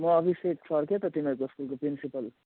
म अभिषेक सर क्या त तिमीहरूको स्कुलको प्रिन्सिपल